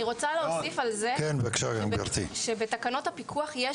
אני רוצה להוסיף על זה שבתקנות הפיקוח יש